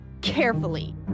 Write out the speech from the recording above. carefully